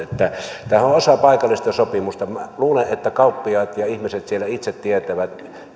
tämä on osa paikallista sopimusta minä luulen että kauppiaat ja ihmiset siellä itse tietävät